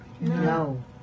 No